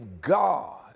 God